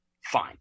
Fine